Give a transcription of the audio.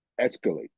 escalate